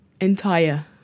entire